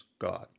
God